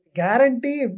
guarantee